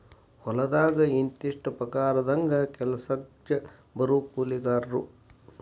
ಹೊಲದಾಗ ಇಂತಿಷ್ಟ ಪಗಾರದಂಗ ಕೆಲಸಕ್ಜ ಬರು ಕೂಲಿಕಾರರು